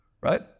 right